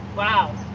wow.